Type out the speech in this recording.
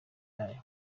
nayo